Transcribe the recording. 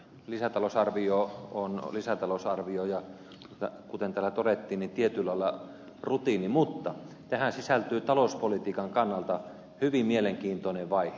lisätalousarvio on lisätalousarvio ja kuten täällä todettiin tietyllä lailla rutiini mutta tähän sisältyy talouspolitiikan kannalta hyvin mielenkiintoinen vaihe